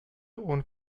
und